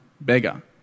beggar